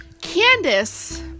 Candace